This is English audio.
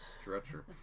stretcher